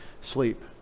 sleep